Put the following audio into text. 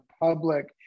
public